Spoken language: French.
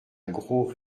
gros